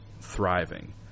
thriving